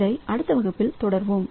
இதை அடுத்த வகுப்பில் தொடருவோம்